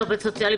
עובד סוציאלי,